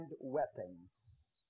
weapons